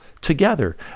together